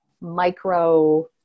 micro